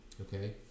Okay